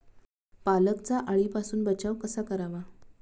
पालकचा अळीपासून बचाव कसा करावा?